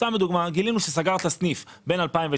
למשל גילינו שסגרת סניף בין 2019,